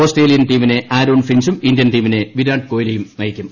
Australian ടീമിനെ Aaron ഫിഞ്ചും Indian ടീമിനെ വിരാട് കോലിയും നയിക്കും